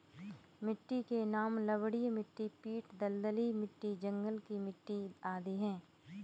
मिट्टी के नाम लवणीय मिट्टी, पीट दलदली मिट्टी, जंगल की मिट्टी आदि है